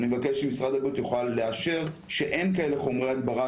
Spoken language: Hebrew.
אני מבקש שמשרד הבריאות יוכל לאשר שאין כאלה חומרי הדברה,